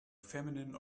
feminine